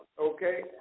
okay